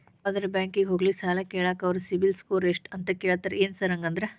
ಯಾವದರಾ ಬ್ಯಾಂಕಿಗೆ ಹೋಗ್ಲಿ ಸಾಲ ಕೇಳಾಕ ಅವ್ರ್ ಸಿಬಿಲ್ ಸ್ಕೋರ್ ಎಷ್ಟ ಅಂತಾ ಕೇಳ್ತಾರ ಏನ್ ಸಾರ್ ಹಂಗಂದ್ರ?